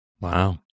Wow